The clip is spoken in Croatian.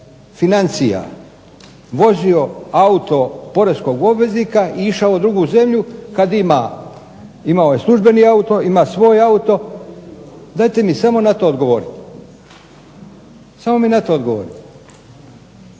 financija vozio auto poreznog obveznika i išao u drugu zemlju kad ima, imao je službeni auto, ima svoj auto. Dajte mi samo na to odgovorite. Samo mi na to odgovorite.